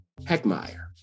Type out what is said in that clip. Heckmeyer